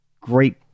great